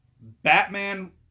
Batman